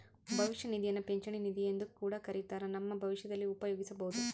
ಭವಿಷ್ಯ ನಿಧಿಯನ್ನ ಪಿಂಚಣಿ ನಿಧಿಯೆಂದು ಕೂಡ ಕರಿತ್ತಾರ, ನಮ್ಮ ಭವಿಷ್ಯದಲ್ಲಿ ಉಪಯೋಗಿಸಬೊದು